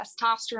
testosterone